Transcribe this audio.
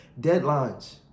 Deadlines